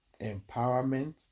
empowerment